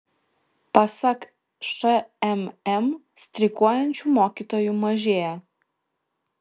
pasak šmm streikuojančių mokytojų mažėja